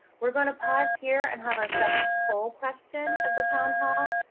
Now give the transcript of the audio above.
we're going to pause here and have our second poll question of the town hall,